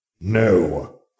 No